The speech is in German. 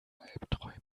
albträume